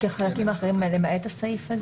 את החלקים האחרים, למעט הסעיף הזה.